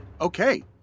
Okay